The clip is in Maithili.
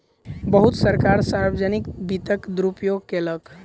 बहुत सरकार सार्वजनिक वित्तक दुरूपयोग कयलक